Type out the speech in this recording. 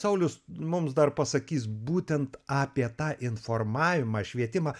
saulius mums dar pasakys būtent apie tą informavimą švietimą